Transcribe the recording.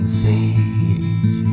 sage